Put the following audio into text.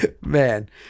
Man